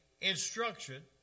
instruction